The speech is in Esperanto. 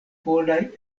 polaj